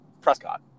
Prescott